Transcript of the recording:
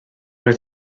oedd